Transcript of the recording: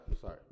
sorry